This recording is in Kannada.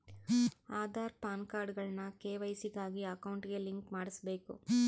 ಆದಾರ್, ಪಾನ್ಕಾರ್ಡ್ಗುಳ್ನ ಕೆ.ವೈ.ಸಿ ಗಾಗಿ ಅಕೌಂಟ್ಗೆ ಲಿಂಕ್ ಮಾಡುಸ್ಬಕು